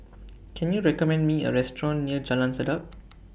Can YOU recommend Me A Restaurant near Jalan Sedap